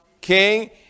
king